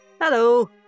Hello